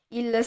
il